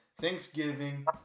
Thanksgiving